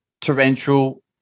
torrential